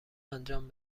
انجام